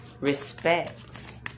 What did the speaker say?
respects